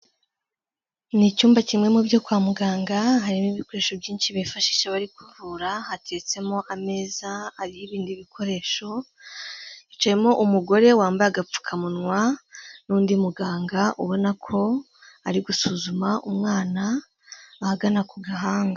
Ni icyumba kimwe mu byo kwa muganga, harimo ibikoresho byinshi bifashisha bari kuvura, hateretsemo ameza ariho ibindi bikoresho, hicayemo umugore wambaye agapfukamunwa n'undi muganga, ubona ko ari gusuzuma umwana ahagana ku gahanga.